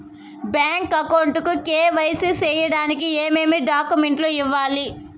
Bank account కు KYC సేయడానికి ఏమేమి డాక్యుమెంట్ ఇవ్వాలి?